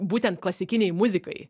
būtent klasikinei muzikai